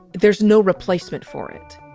there's no replacement for it.